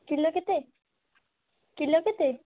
kilo କେତେ kilo କେତେ